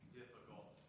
difficult